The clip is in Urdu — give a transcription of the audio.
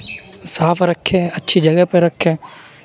صاف رکھیں اچھی جگہ پہ رکھیں